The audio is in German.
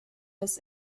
des